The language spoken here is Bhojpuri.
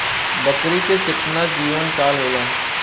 बकरी के केतना जीवन काल होला?